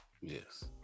Yes